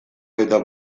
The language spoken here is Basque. eta